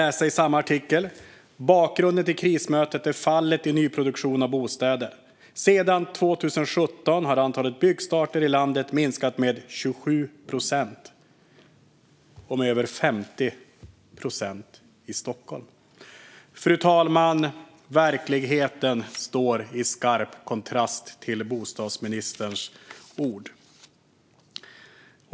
I samma artikel kan man läsa: "Bakgrunden är fallet i nyproduktionen av bostäder. Sedan toppen 2017 antalet har byggstarter i landet minskat med 27 procent och med över 50 procent i Stockholm." Fru talman! Verkligheten står i skarp kontrast till bostadsministerns ord.